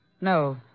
No